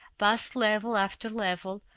past level after level,